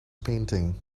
painting